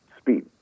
speed